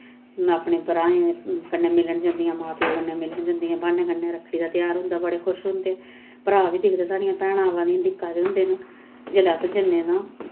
अपने भ्राएं कन्नै मिलन जंदियां मां प्यो कन्नै मिलन जंदियां ब्हान्ने कन्नै रक्खड़ी दा तेहार होंदा बड़े खुश होंदे भ्राऽ बी दिखदे साढ़ियां भैनां आवा दियां न दिक्खा दे होंदे न जेल्लै अस जन्नें तां